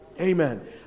amen